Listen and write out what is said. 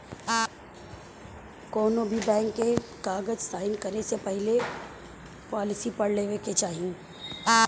कौनोभी बैंक के कागज़ साइन करे से पहले पॉलिसी पढ़ लेवे के चाही